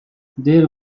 there